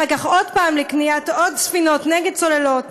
אחר כך, עוד פעם, לקניית עוד ספינות נגד צוללות,